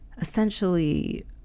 essentially